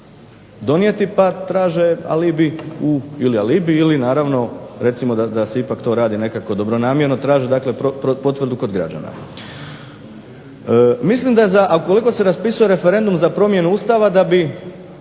donijeti pa traže ili alibi ili recimo da se ipak to radi nekako dobronamjerno, traže dakle potvrdu kod građana. Mislim da ukoliko se raspisuje referendum za promjenu Ustava da bi